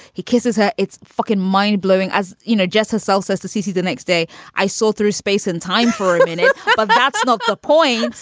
he kisses her. it's fucking mind blowing. as you know, jess herself says the city the next day i saw through space and time for but that's ah not the point.